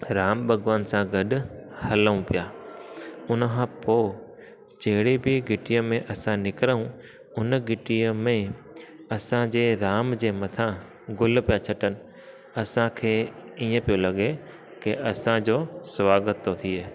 राम भगवान सां गॾु हलूं पिया हुनखां पोइ जहिड़ी बि गिटीअ में असां निकरूं हुन गिटीअ में असांजे राम जे मथां गुल पिया छटनि असांखे ईअं पियो लॻे के असांजो स्वागत थो थिए